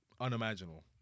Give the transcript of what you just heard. unimaginable